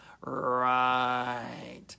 Right